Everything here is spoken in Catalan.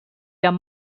amb